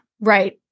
Right